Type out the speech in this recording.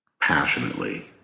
passionately